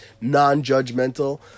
non-judgmental